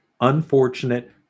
unfortunate